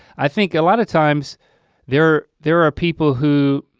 i think a lot of times there there are people who,